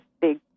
big